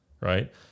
right